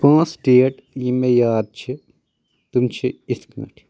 پانٛژھ ڈیٹ یِم مےٚ یاد چھِ تِم چھِ اِتھ کٔنۍ